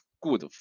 good